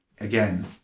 again